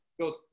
goes